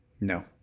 No